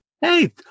Hey